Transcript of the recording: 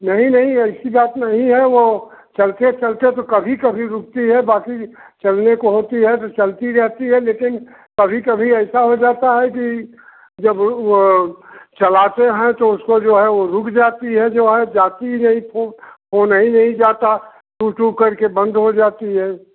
नहीं नहीं ऐसी बात नहीं है वह चलते चलते तो कभी कभी रुकती है बाक़ी चलने को होती है तो चलती रहती है लेकिन कभी कभी ऐसा हो जाता है कि जब वह चलाते हैं तो उसको जो है वह रुक जाती है जो है जाती ही फोन फ़ोन ही नहीं जाता टूँ टूँ करके बंद हो जाता है